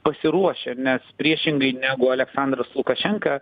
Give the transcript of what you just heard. pasiruošę nes priešingai negu aleksandras lukašenka